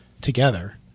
together